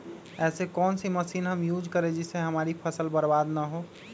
ऐसी कौन सी मशीन हम यूज करें जिससे हमारी फसल बर्बाद ना हो?